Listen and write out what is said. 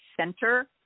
center